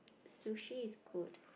sushi is good